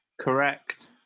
Correct